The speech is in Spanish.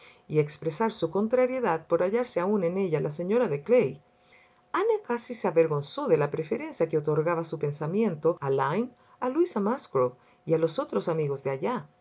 y expresar su contrariedad por hallarse aún en ella la señora de clay ana casi se avergonzó de la preferencia que otorgaba su pensamiento a lyme a luisa musgrove y a los otros amigos de allá